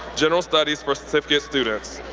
general studies for certificate students.